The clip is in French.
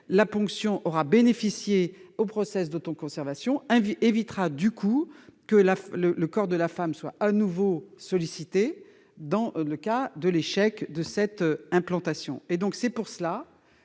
la ponction ayant bénéficié au process d'autoconservation évitera, du coup, que le corps de la femme soit à nouveau sollicité en cas d'échec de cette implantation. Nous sommes